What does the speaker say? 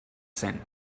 cent